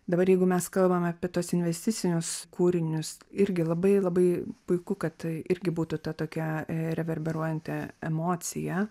dabar jeigu mes kalbame apie tuos investicinius kūrinius irgi labai labai puiku kad irgi būtų tokia reverberuojanti emocija